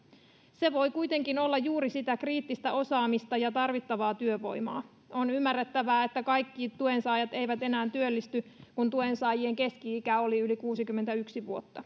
se voi kuitenkin olla juuri sitä kriittistä osaamista ja tarvittavaa työvoimaa on ymmärrettävää että kaikki tuensaajat eivät enää työllisty kun tuensaajien keski ikä oli yli kuusikymmentäyksi vuotta